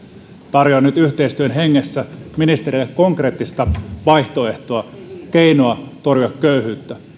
tarjoan nyt yhteistyön hengessä ministereille konkreettista vaihtoehtoa keinoa torjua köyhyyttä